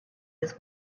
his